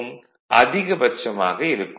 ம் அதிகபட்ச மதிப்பாக இருக்கும்